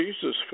jesus